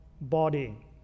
body